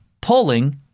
Pulling